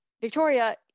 Victoria